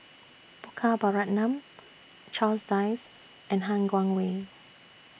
Gopal Baratham Charles Dyce and Han Guangwei